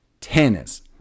tennis